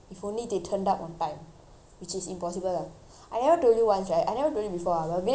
which is impossible lah I never told you once right I never told you before ah but viresh and I even fight about this once you know